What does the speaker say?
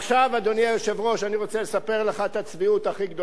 אני רוצה לספר לך את הצביעות הכי גדולה של הבית הזה.